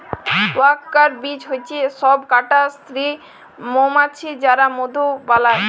worker bee হচ্যে সব কটা স্ত্রী মমাছি যারা মধু বালায়